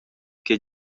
che